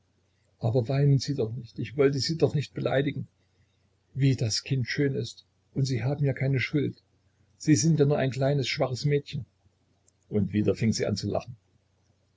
aber weinen sie doch nicht ich wollte sie doch nicht beleidigen wie das kind schön ist und sie haben ja keine schuld sie sind ja nur ein kleines schwaches mädchen und wieder fing sie an zu lachen